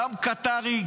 גם קטרי,